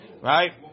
Right